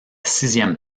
sixième